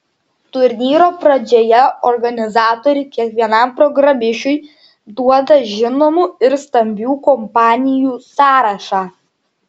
turnyro pradžioje organizatoriai kiekvienam programišiui duoda žinomų ir stambių kompanijų sąrašą